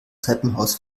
treppenhaus